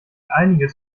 einiges